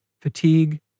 fatigue